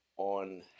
on